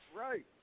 Right